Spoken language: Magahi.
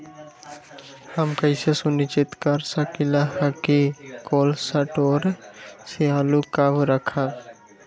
हम कैसे सुनिश्चित कर सकली ह कि कोल शटोर से आलू कब रखब?